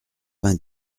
vingt